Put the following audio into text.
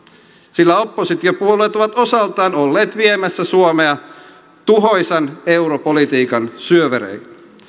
sillä oppositiopuolueet ovat osaltaan olleet viemässä suomea tuhoisan europolitiikan syövereihin